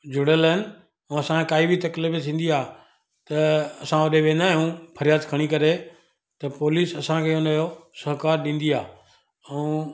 जुड़ियल आहिनि ऐं असांखे काई बि तकलीफ़ थींदी आहे त असां होॾे वेंदा आहियूं फ़रियाद खणी करे त पोलिस असांखे हुनजो सहिकारु ॾींदी आहे ऐं